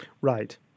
Right